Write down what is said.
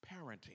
Parenting